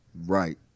Right